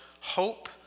hope